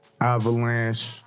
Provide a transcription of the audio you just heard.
Avalanche